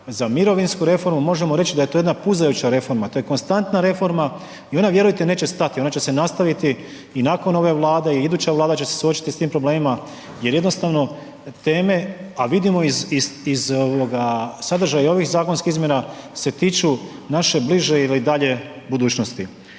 Za mirovinsku reformu možemo reći da je to jedna puzajuća reforma, to je konstantna reforma i ona vjerujte neće stati, ona će se nastaviti i nakon ove Vlade i iduća Vlada će se suočiti sa tim problemima jer jednostavno teme a vidimo iz sadržaja i ovih zakonskim izmjena se tiču naše bliže ili dalje budućnosti.